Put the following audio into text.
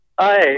Hi